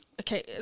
okay